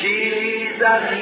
Jesus